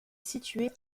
située